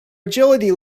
agility